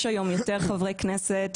יש היום יותר חברי כנסת,